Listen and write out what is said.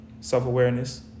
self-awareness